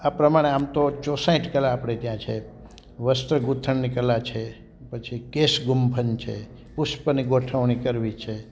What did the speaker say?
આ પ્રમાણે આમતો ચોસઠ કલા આપણે ત્યાં છે વસ્ત્ર ગૂંથણની કલા છે પછી કેસ ગુંફન છે પુષ્પની ગોઠવણી કરવી છે